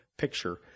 picture